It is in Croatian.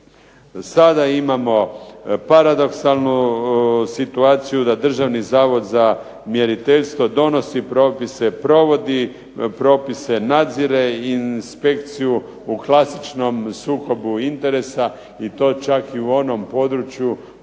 Sada imamo paradoksalnu situaciju da Državni zavod za mjeriteljstvo donosi propise, provodi propise, nadzire inspekciju u klasičnom sukobu interesa i to čak i u onom području